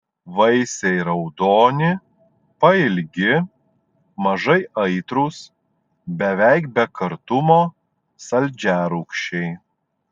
vaisiai raudoni pailgi mažai aitrūs beveik be kartumo saldžiarūgščiai